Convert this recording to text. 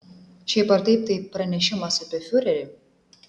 šiaip ar taip tai pranešimas apie fiurerį